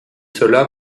cela